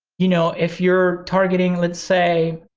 you know, if you're targeting, let's say,